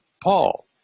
Paul